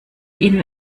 ihnen